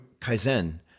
kaizen